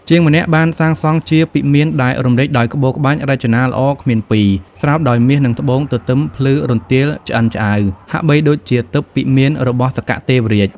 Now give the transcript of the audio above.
ជាងម្នាក់បានសាងសង់ជាពិមានដែលរំលេចដោយក្បូរក្បាច់រចនាល្អគ្មានពីរ ស្រោបដោយមាស និងត្បូងទទឹមភ្លឺរន្ទាលឆ្អិនឆ្អៅ ហាក់បីដូចជាទិព្វពិមានរបស់សក្កទេវរាជ។